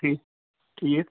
ٹھیٖک ٹھیٖک